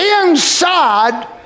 inside